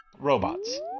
Robots